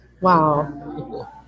Wow